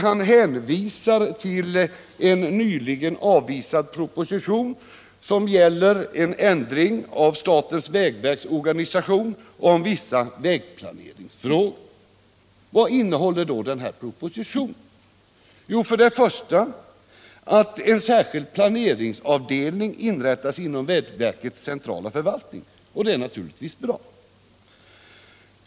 Han hänvisar till en nyligen framlagd proposition angående ändring av vägverkets organisation och vissa vägplaneringsfrågor. Vad innehåller då denna proposition? För det första föreslås att en särskild planeringsavdelning skall inrättas inom vägverkets centrala förvaltning. Det är naturligtvis bra.